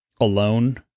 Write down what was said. alone